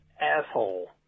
asshole